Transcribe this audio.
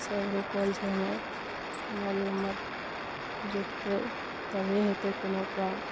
सब रुकल छै हमर मोबाइल नम्बर जुटतै तभिहे हेतै कोनो काम